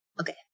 okay